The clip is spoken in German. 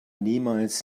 niemals